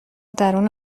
درون